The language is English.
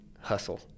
hustle